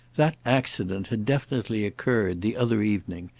that accident had definitely occurred, the other evening,